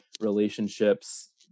relationships